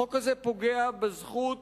החוק הזה פוגע בזכות